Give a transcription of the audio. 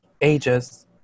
ages